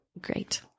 Great